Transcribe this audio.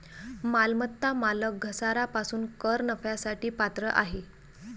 मालमत्ता मालक घसारा पासून कर नफ्यासाठी पात्र आहे